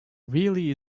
really